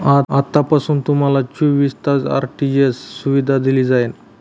आतापासून तुम्हाला चोवीस तास आर.टी.जी.एस सुविधा दिली जाईल